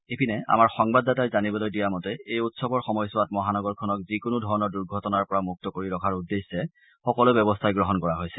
ইপিনে আমাৰ সংবাদদাতাই জানিবলৈ দিয়া মতে এই উৎসৱৰ সময়ছোৱাত মহানগৰীখনক যিকোনো ধৰণৰ দুৰ্ঘটনাৰ পৰা মুক্ত কৰি ৰখাৰ উদ্দেশ্যে সকলো ব্যৱস্থাই গ্ৰহণ কৰা হৈছে